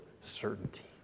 certainty